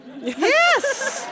Yes